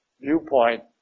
viewpoint